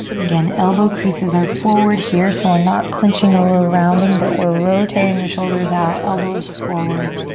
again, elbow creases are forward here so we're not clenching or we're rounding but we're rotating the shoulders out, elbows forward.